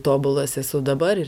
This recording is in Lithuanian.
tobulas esu dabar ir